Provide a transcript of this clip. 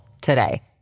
today